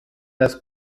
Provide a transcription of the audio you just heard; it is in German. das